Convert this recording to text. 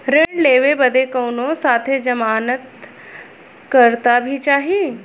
ऋण लेवे बदे कउनो साथे जमानत करता भी चहिए?